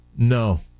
No